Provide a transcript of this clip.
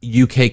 UK